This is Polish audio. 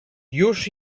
już